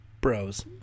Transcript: Bros